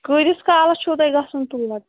کۭتِس کالَس چھُ تۄہِہ گژھُن تور